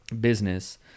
business